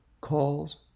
calls